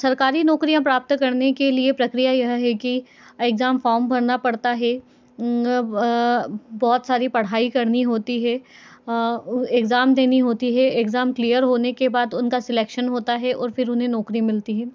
सरकारी नौकरियाँ प्राप्त करने के लिए प्रक्रिया यह है कि एग्ज़ाम फॉर्म भरना पड़ता है बहुत सारी पढ़ाई करनी होती है एग्ज़ाम देनी होती है एग्ज़ाम क्लियर होने के बाद उनका सिलेक्शन होता है और फिर उन्हें नौकरी मिलती है